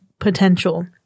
potential